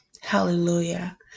hallelujah